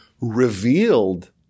revealed